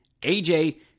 AJ